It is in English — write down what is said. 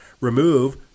Remove